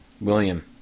William